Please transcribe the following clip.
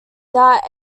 that